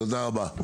תודה רבה.